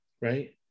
right